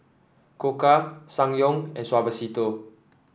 Koka Ssangyong and Suavecito